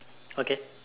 okay